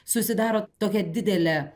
susidaro tokia didelė